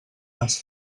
les